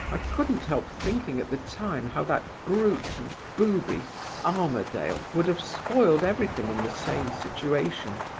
i couldn't help thinking at the time how that brute and booby armadale would have spoiled everything in the same situation.